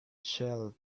shelf